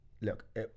Look